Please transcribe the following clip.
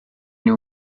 nhw